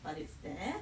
but it's there